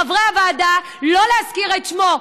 חברי הוועדה, מלהזכיר את שמו.